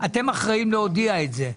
אתם אחראים להודיע את זה.